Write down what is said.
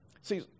See